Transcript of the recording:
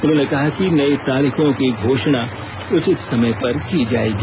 उन्होंने कहा कि नई तारीखों की घोषणा उचित समय पर की जाएगी